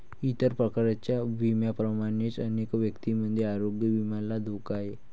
इतर प्रकारच्या विम्यांप्रमाणेच अनेक व्यक्तींमध्ये आरोग्य विम्याला धोका आहे